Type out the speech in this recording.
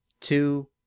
two